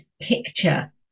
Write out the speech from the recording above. picture